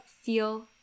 feel